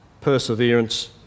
perseverance